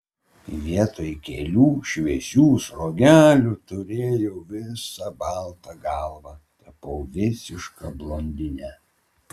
vietoj kelių šviesių sruogelių turėjau visą baltą galvą tapau visiška blondine